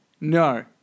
No